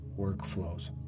workflows